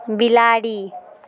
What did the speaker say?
बिलाड़ि